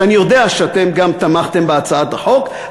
ואני יודע שאתם גם תמכתם בהצעת החוק,